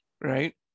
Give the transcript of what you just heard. Right